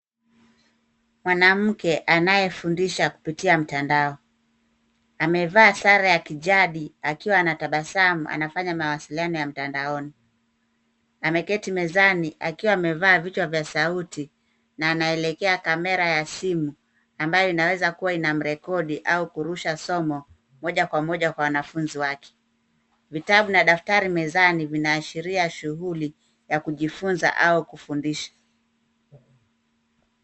Mwanamke anayefundisha kupitia mtandao. Amevaa sare ya kijadi akiwa anatabasamu, anafanya mawasiliano ya mtandaoni. Ameketi mezani akiwa amevalia vichwa vya sauti na anaelekea kamera ya simu ambayo inaweza kuwa inamrekodi au kurusha somo moja kwa moja kwa wanafunzi wake. Vitabu na daftari mezani vinaashiria shughuli ya kujifunza au kufundisha.